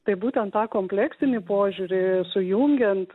taip būtent tą kompleksinį požiūrį sujungiant